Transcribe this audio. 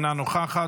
אינה נוכחת,